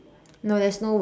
no there's no word